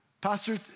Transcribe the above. pastor